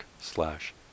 slash